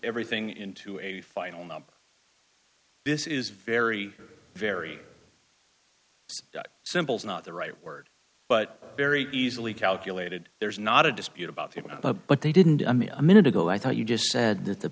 everything into a final number this is very very simple is not the right word but very easily calculated there's not a dispute about it but they didn't i mean a minute ago i thought you just said that the